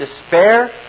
despair